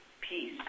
peace